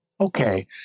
Okay